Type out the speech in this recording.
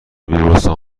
بیمارستان